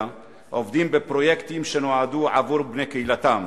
עובדים בפרויקטים שנועדו עבור בני קהילתם,